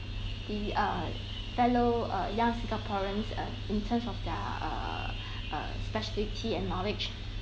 the uh fellow uh young singaporeans uh in terms of their err uh speciality and knowledge